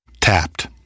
Tapped